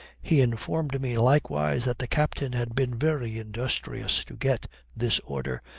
he informed me likewise that the captain had been very industrious to get this order,